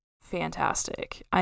fantastic